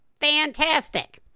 Fantastic